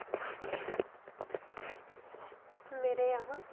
मेरे यहाँ